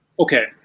Okay